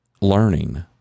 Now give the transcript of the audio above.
learning